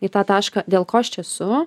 į tą tašką dėl ko aš čia esu